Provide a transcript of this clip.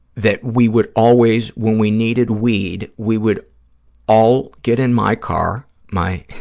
that we would always, when we needed weed, we would all get in my car, my